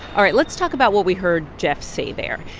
all right, let's talk about what we heard jeff say there.